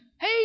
Hey